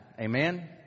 Amen